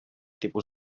tipus